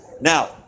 Now